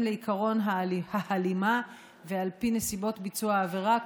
לעקרון ההלימה ועל פי נסיבות ביצוע העבירה,